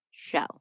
show